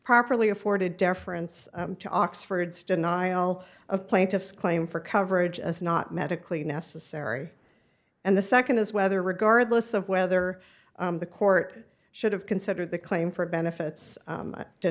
properly afforded deference to oxford's denial of plaintiff's claim for coverage as not medically necessary and the second is whether regardless of whether the court should have considered the claim for benefits